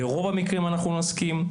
לרוב המקרים אנחנו נסכים.